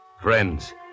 Friends